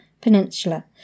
Peninsula